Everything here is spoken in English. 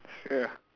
sure